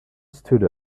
stood